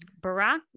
Barack